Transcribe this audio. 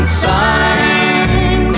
sign